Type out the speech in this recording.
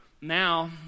Now